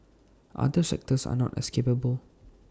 other sectors are not as capable